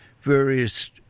various